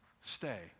Stay